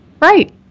Right